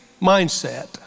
mindset